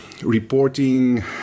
reporting